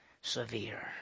severe